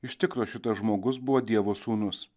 iš tikro šitas žmogus buvo dievo sūnus